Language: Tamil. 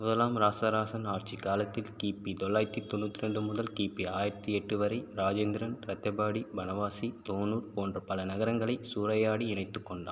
முதலாம் இராசராசன் ஆட்சிக் காலத்தில் கி பி தொள்ளாயிரத்தி தொண்ணுற்றி ரெண்டு முதல் கி பி ஆயிரத்தி எட்டு வரை இராஜேந்திரன் ரத்தபாடி பனவாசி தோனூர் போன்ற பல நகரங்களைச் சூறையாடி இணைத்துக் கொண்டான்